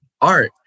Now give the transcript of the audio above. art